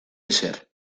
ezer